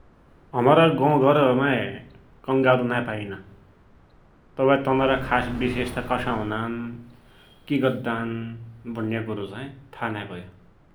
हमरा गौघर माइ कंगारु नाइँ पाइना । तबै तनरा खास विशेषता कसा हुनान, कि गद्दान भुण्या कुरोचाई था नाइँभयो ।